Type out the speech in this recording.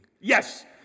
Yes